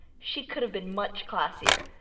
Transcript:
she could have been much classier.